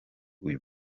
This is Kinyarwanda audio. uyu